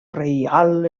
reial